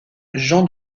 jean